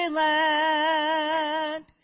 land